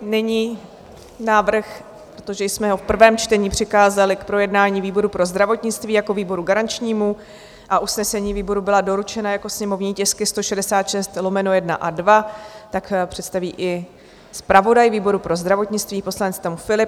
Nyní návrh, protože jsme ho v prvém čtení přikázali k projednání výboru pro zdravotnictví jako výboru garančnímu a usnesení výboru byla doručena jako sněmovní tisky 166/1 a 2, představí i zpravodaj výboru pro zdravotnictví poslanec Tom Philipp.